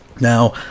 Now